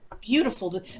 beautiful